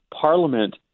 parliament